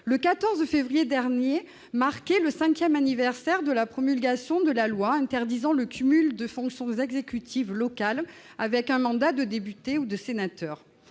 Le 14 février dernier marquait le cinquième anniversaire de la promulgation de la loi interdisant le cumul de fonctions exécutives locales avec un mandat de député ou de sénateur.